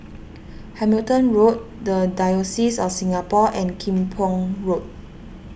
Hamilton Road the Diocese of Singapore and Kim Pong Road